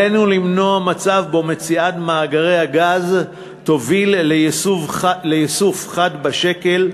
עלינו למנוע מצב שבו מציאת מאגרי הגז תוביל לייסוף חד בשקל,